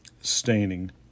staining